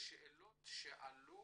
לשאלות שעלו